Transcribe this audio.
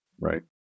Right